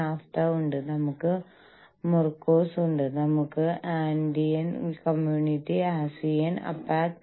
അതിനാൽ എന്തുകൊണ്ടാണ് അതിർത്തി കടന്ന് ബിസിനസ്സ് വികസിച്ചത്